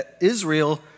Israel